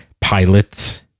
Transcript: pilots